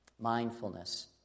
Mindfulness